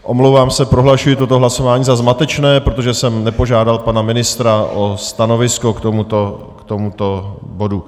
Omlouvám se, prohlašuji toto hlasování za zmatečné, protože jsem nepožádal pana ministra o stanovisko k tomuto bodu.